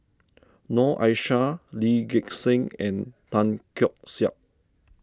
Noor Aishah Lee Gek Seng and Tan Keong Saik